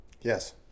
Yes